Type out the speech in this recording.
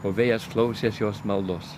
o vėjas klausės jos maldos